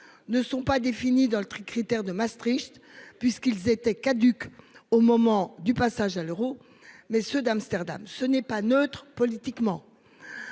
Ne sont pas définies dans le tri, critères de Maastricht, puisqu'ils étaient caducs au moment du passage à l'euro mais ceux d'Amsterdam, ce n'est pas neutre politiquement.